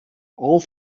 all